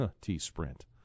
T-Sprint